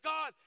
God